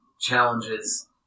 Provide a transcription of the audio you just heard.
challenges